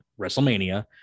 WrestleMania